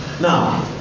Now